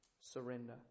surrender